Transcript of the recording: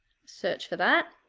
search for that,